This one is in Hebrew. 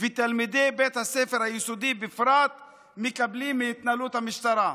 ושתלמידי בית הספר היסודי מקבלים מהתנהלות המשטרה בפרט?